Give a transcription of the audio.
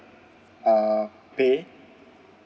uh pay